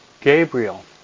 Gabriel